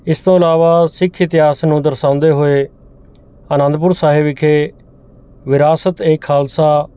ਇਸ ਤੋਂ ਇਲਾਵਾ ਸਿੱਖ ਇਤਿਹਾਸ ਨੂੰ ਦਰਸਾਉਂਦੇ ਹੋਏ ਅਨੰਦਪੁਰ ਸਾਹਿਬ ਵਿਖੇ ਵਿਰਾਸਤ ਏ ਖਾਲਸਾ